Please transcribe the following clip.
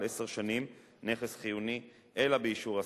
עשר שנים נכס חיוני אלא באישור השר.